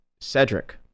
Cedric